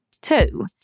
Two